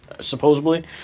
supposedly